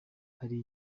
hari